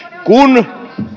kun